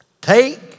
take